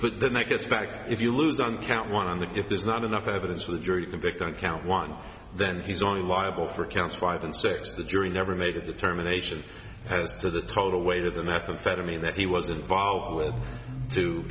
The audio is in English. but then they get back if you lose on count one on the if there's not enough evidence for the jury to convict on count one then he's on liable for counts five and six the jury never made a determination as to the total weight of the math and fed him in that he was involved with